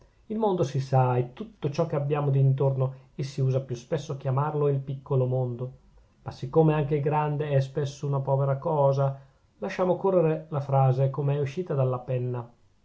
il mondo si sa è tutto ciò che abbiamo d'intorno e si usa più spesso chiamarlo il piccolo mondo ma siccome anche il grande è spesso una povera cosa lasciamo correre la frase com'è escita dalla penna